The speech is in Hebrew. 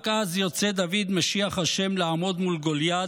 רק אז יוצא דוד משיח השם לעמוד מול גוליית,